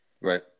Right